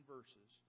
verses